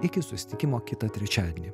iki susitikimo kitą trečiadienį